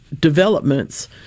developments